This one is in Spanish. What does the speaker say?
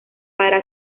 para